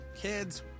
Kids